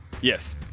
Yes